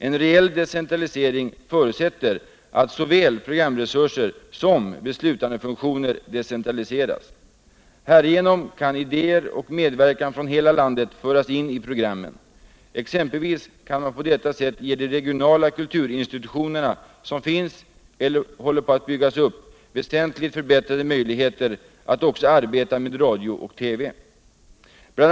En reell decentralisering förutsätter att såväl programresurser som beslutandefunktioner decentraliseras. Härigenom kan idéer och medverkan från hela landet föras in i programmen. Exempelvis kan man på detta sätt ge de regionala kulturinstitutioner som finns eller håller på att byggas upp väsentligt bättre möjligheter att också arbeta med radio och TV. BI.